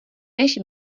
než